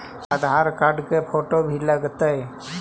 आधार card के photo भी लग तै?